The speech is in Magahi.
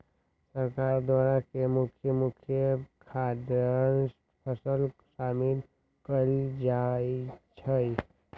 सरकार द्वारा के मुख्य मुख्य खाद्यान्न फसल में शामिल कएल जाइ छइ